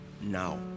now